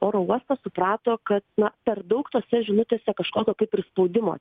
oro uostą suprato kad na per daug tose žinutėse kažkokio kaip ir spaudimo